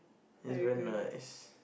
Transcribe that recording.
is very nice